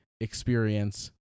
experience